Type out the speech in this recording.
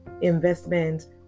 investment